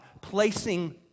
placing